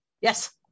Yes